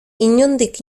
inondik